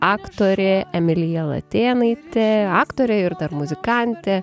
aktorė emilija latėnaitė aktorė ir dar muzikantė